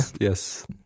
Yes